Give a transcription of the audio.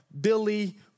Billy